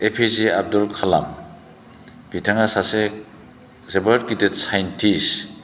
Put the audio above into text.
ए P J Abdul Kalam बिथाङा सासे जोबोद गिदिर साइन्टिस